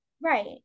Right